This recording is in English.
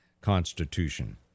Constitution